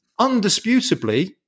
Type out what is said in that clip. undisputably